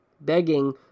begging